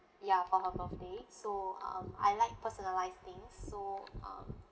ya for her birthday so um I like personalise things so um